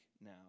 now